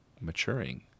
maturing